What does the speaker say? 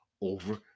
over